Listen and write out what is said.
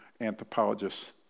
anthropologists